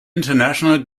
international